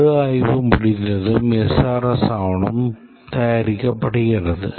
மறுஆய்வு முடிந்ததும் SRS ஆவணம் தயாரிக்கப்படுகிறது